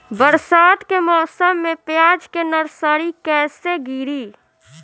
बरसात के मौसम में प्याज के नर्सरी कैसे गिरी?